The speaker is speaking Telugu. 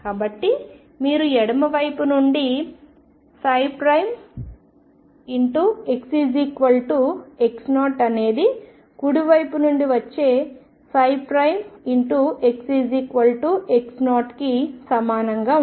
కాబట్టి మీరు ఎడమ వైపు నుండి xx0 అనేది కుడివైపు నుండి వచ్చే xx0 కి సమానంగా ఉండాలి